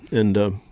and